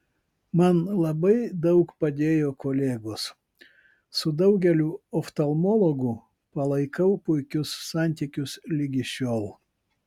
man labai daug padėjo kolegos su daugeliu oftalmologų palaikau puikius santykius ligi šiol